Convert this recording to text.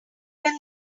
can